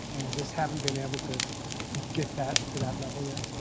and just haven't been able to get that to that level yet?